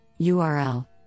URL